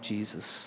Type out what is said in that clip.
Jesus